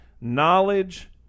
knowledge